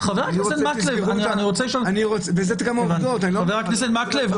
אני רוצה שתסגרו --- חבר הכנסת מקלב,